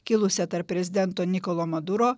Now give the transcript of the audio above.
kilusią tarp prezidento nikolo maduro